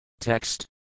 Text